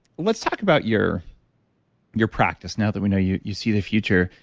let's talk about your your practice now that we know you you see the future.